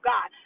God